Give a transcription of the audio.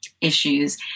issues